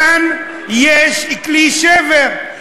כאן יש כלי שבר,